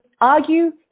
argue